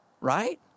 right